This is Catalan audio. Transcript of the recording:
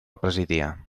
presidia